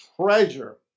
treasure